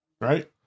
Right